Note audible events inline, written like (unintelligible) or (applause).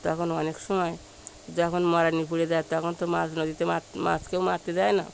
তখন অনেক সময় যখন (unintelligible) দেয় তখন তো মাছ নদীতে মাছকেও মারতে দেয় না